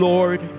Lord